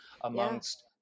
amongst